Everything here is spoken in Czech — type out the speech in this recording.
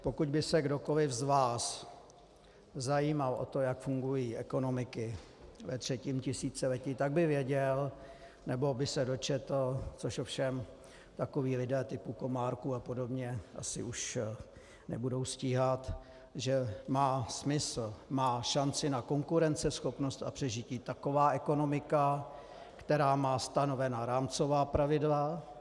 Pokud by se kdokoli z vás zajímal o to, jak fungují ekonomiky ve třetím tisíciletí, tak by věděl nebo by se dočetl, což ovšem takoví lidé typu Komárků a podobně asi už nebudou stíhat, že má smysl, má šanci na konkurenceschopnost a přežití taková ekonomika, která má stanovena rámcová pravidla.